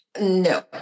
No